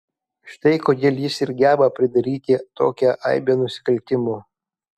štai kodėl jis ir geba pridaryti tokią aibę nusikaltimų